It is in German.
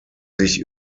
sich